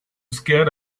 scared